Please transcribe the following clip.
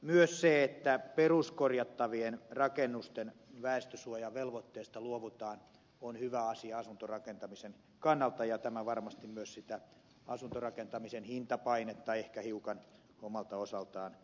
myös se että peruskorjattavien rakennusten väestösuojavelvoitteesta luovutaan on hyvä asia asuntorakentamisen kannalta ja tämä varmasti myös sitä asuntorakentamisen hintapainetta ehkä hiukan omalta osaltaan lievittää